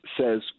says